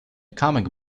comic